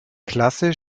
klasse